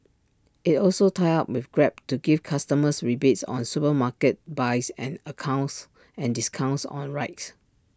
IT also tied up with grab to give customers rebates on supermarket buys and account discounts on rides